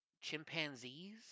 chimpanzees